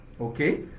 okay